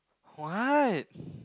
what